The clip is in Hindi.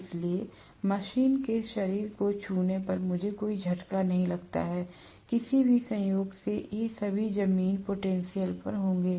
इसलिए मशीन के शरीर को छूने पर मुझे कोई झटका नहीं लगता है किसी भी संयोग से ये सभी जमीन पोटेन्शियल पर होंगे